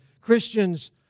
Christians